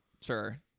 sure